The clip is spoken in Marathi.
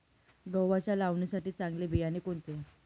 गव्हाच्या लावणीसाठी चांगले बियाणे कोणते?